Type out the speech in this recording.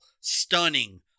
stunning